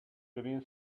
green